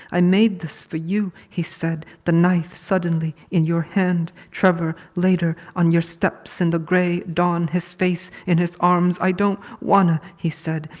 i made this for you he said, the knife suddenly in your hand. trevor later on your steps in the grey dawn. his face in his arms. i don't wanna he said.